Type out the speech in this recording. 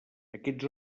aquests